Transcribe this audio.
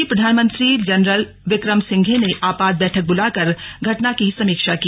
वहीं प्रधानमंत्री जनरल विक्रम सिंधे ने आपात बैठक बुलाकर घटना की समीक्षा की